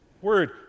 word